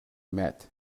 met